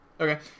Okay